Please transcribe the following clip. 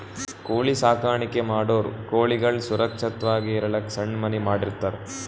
ಕೋಳಿ ಸಾಕಾಣಿಕೆ ಮಾಡೋರ್ ಕೋಳಿಗಳ್ ಸುರಕ್ಷತ್ವಾಗಿ ಇರಲಕ್ಕ್ ಸಣ್ಣ್ ಮನಿ ಮಾಡಿರ್ತರ್